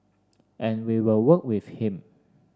and we will work with him